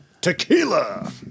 Tequila